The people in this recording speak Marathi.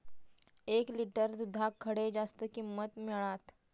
एक लिटर दूधाक खडे जास्त किंमत मिळात?